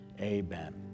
amen